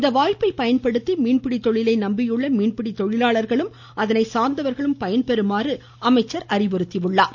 இந்த வாய்ப்பை பயன்படுத்தி மீன்பிடி தொழிலை நம்பியுள்ள மீன்பிடி தொழிலாளர்களும் அதனை சார்ந்தவர்களும் பயன்பெறலாம் என்றும் அமைச்சர் அறிவுறுத்தியுள்ளார்